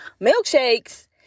milkshakes